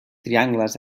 triangles